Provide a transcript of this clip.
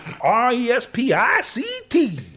R-E-S-P-I-C-T